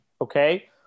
Okay